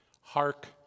hark